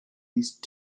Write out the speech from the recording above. least